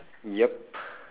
yup